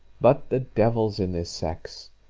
but the devil's in this sex!